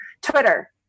Twitter